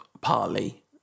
partly